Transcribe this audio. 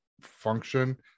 function